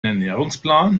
ernährungsplan